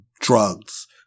drugs